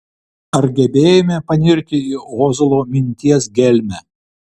ar gebėjome panirti į ozolo minties gelmę